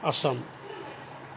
Assam